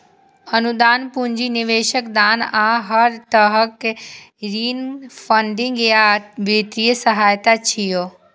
अनुदान, पूंजी निवेश, दान आ हर तरहक ऋण फंडिंग या वित्तीय सहायता छियै